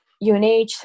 UNH